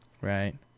Right